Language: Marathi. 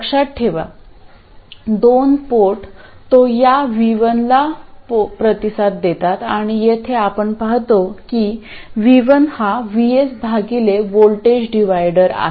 लक्षात ठेवा दोन पोर्ट तो या V1 ला प्रतिसाद देतात आणि येथे आपण पाहतो की V1 हा VS भागिले व्होल्टेज डिव्हायडर आहे